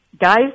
guys